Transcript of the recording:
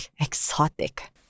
exotic